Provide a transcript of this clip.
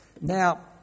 Now